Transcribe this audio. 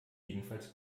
jedenfalls